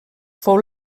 fou